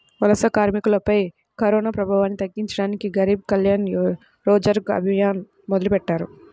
వలస కార్మికులపై కరోనాప్రభావాన్ని తగ్గించడానికి గరీబ్ కళ్యాణ్ రోజ్గర్ అభియాన్ మొదలెట్టారు